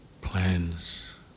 plans